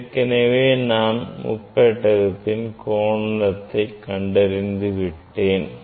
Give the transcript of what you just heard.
எற்கனவே நாம் முப்பெட்டகத்தின் கோணத்தை கண்டறிந்து விட்டோம்